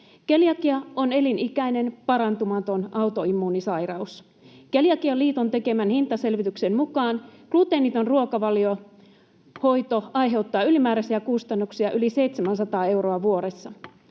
Keliakia on elinikäinen, parantumaton autoimmuunisairaus. Keliakialiiton tekemän hintaselvityksen mukaan gluteeniton ruokavaliohoito aiheuttaa ylimääräisiä kustannuksia [Puhemies